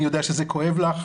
אני יודע שזה כואב לך,